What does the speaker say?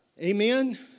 Amen